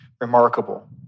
remarkable